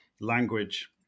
language